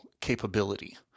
capability